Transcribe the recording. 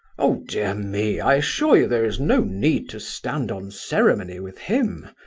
oh, dear me, i assure you there is no need to stand on ceremony with him,